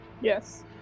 Yes